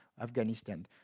Afghanistan